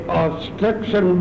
obstruction